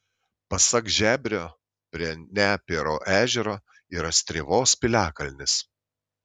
pasak žebrio prie nepėro ežero yra strėvos piliakalnis